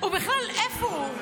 בכלל, איפה הוא?